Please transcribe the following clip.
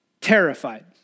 Terrified